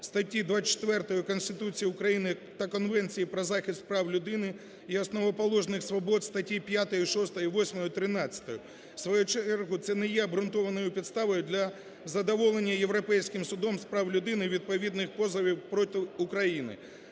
статті 24 Конституції України та Конвенції про захист прав людини і основоположних свобод статті 5-ї, 6-ї, 8-ї, 13-ї. В свою чергу, це не є обґрунтованою підставою для задоволення Європейським судом з прав людини відповідних позовів проти України.